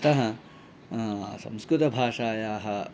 अतः संस्कृतभाषायाः